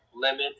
limit